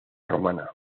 romana